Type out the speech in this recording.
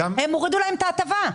הורידו להם את ההטבה.